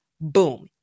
Boom